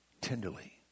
tenderly